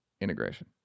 integration